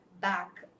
back